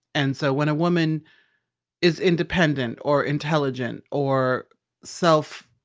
and so when a woman is independent or intelligent or self-actualized.